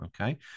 Okay